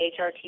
HRT